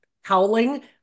howling